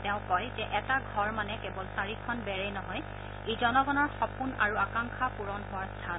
তেওঁ কয় যে এটা ঘৰ মানে কেবল চাৰিখন বেৰেই নহয় ই জনগণৰ সপোন আৰু আকাংক্ষা পূৰণ হোৱাৰ স্থান